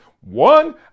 One